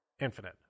infinite